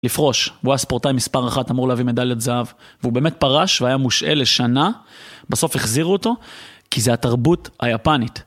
לפרוש, והוא היה ספורטאי מספר אחת אמור להביא מדלת זהב, והוא באמת פרש והיה מושאל לשנה, בסוף החזירו אותו, כי זה התרבות היפנית.